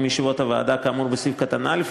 ישיבות הוועדה כאמור בסעיף קטן (א),